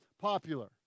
popular